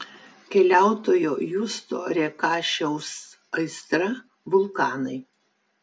keliautojo justo rėkašiaus aistra vulkanai